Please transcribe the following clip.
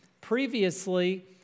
previously